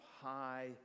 high